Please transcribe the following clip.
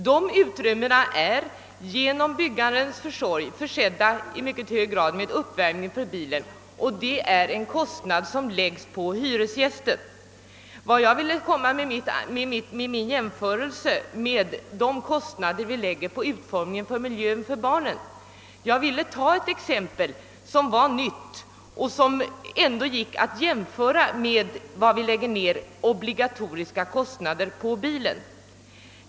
Dessa utrymmen är genom husbyggarens försorg i stor utsträckning försedda med uppvärmningsanordningar för bilen. Detta är en kostnad som läggs på hyresgästen. Min jämförelse gällde dessa kostnader och de kostnader vi lägger på miljöutformningen för barnen. Jag ville ta ett exempel som var nytt och som ändå gick att jämföra med våra obligatoriska kostnader för bilen.